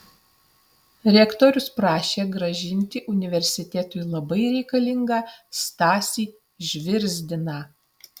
rektorius prašė grąžinti universitetui labai reikalingą stasį žvirzdiną